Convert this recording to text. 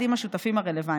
קראו להם "שיירת החירות"